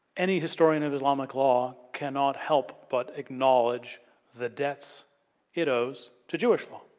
any historian of islamic law cannot help but acknowledge the debts it owes to jewish law.